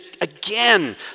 again